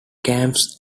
camps